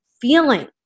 feeling